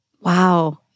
Wow